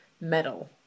metal